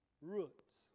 roots